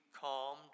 calm